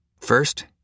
First